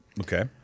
Okay